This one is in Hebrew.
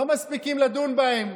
לא מספיקים לדון בהם.